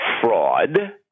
fraud